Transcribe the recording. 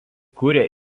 kuria